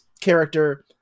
character